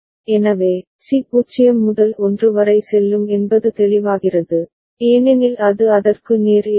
எனவே சி 0 முதல் 1 வரை செல்லும் என்பது தெளிவாகிறது ஏனெனில் அது அதற்கு நேர் எதிரே